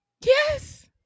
Yes